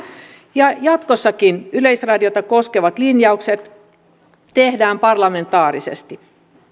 ja jatkossakin yleisradiota koskevat linjaukset tehdään parlamentaarisesti